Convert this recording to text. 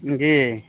جی